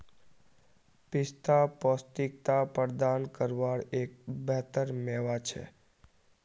पिस्ता पौष्टिकता प्रदान कारवार एक बेहतर मेवा छे